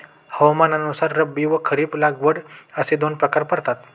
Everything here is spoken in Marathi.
हवामानानुसार रब्बी व खरीप लागवड असे दोन प्रकार पडतात